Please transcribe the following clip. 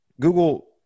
Google